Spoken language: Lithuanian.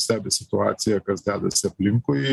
stebi situaciją kas dedasi aplinkui